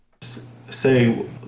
Say